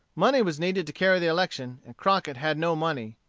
money was needed to carry the election, and crockett had no money.